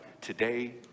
today